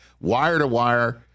wire-to-wire